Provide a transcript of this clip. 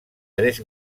tres